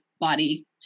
body